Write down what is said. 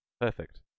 Perfect